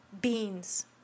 Beans